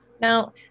Now